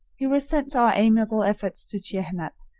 he resents our amiable efforts to cheer him up,